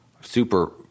super